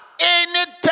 Anytime